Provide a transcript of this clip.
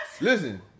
Listen